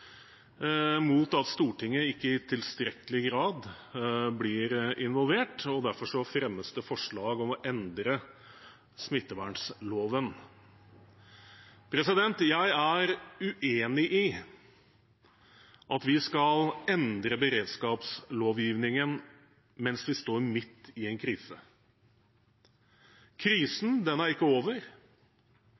mot at Stortinget ikke i tilstrekkelig grad blir involvert, og derfor fremmes det forslag om å endre smittevernloven. Jeg er uenig i at vi skal endre beredskapslovgivningen mens vi står midt i en krise. Krisen er ikke over.